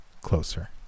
closer